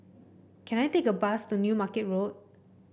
can I take a bus to New Market Road